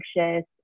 anxious